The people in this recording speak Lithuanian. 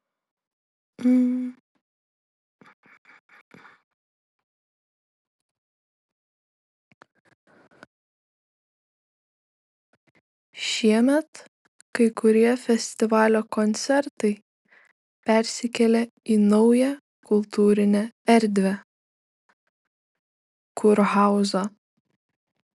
šiemet kai kurie festivalio koncertai persikėlė į naują kultūrinę erdvę kurhauzą